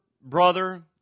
brother